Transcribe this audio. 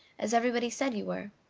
as everybody said you were,